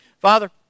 Father